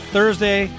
Thursday